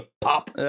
pop